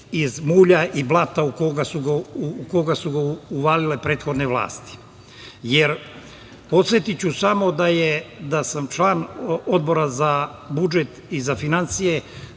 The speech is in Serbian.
iz mulja i blata u koga su ga uvalile prethodne vlasti, jer podsetiću samo da sam član Odbora za budžet i za finansije,